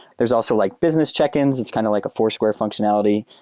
there's also like business check-ins. it's kind of like a foursquare functionality.